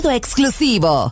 exclusivo